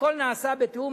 הכול נעשה בתיאום,